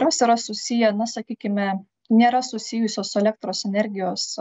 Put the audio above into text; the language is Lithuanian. jos yra susiję na sakykime nėra susijusios su elektros energijos